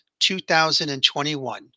2021